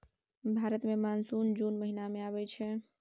भारत मे मानसून जुन महीना मे आबय छै